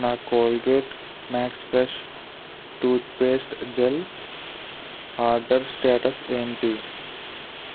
నా Colgate MaxFresh toothpaste gel order status ఏంటి